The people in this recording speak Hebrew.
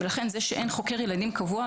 ולכן זה שאין חוקר ילדים קבוע,